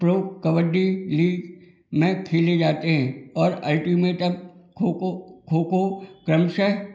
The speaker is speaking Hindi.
प्रो कबड्डी लीग में खेले जाते हैं और अल्टीमेट अब खोखो खोखो क्रमशः